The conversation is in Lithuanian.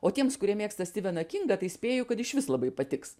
o tiems kurie mėgsta styveną kingą tai spėju kad išvis labai patiks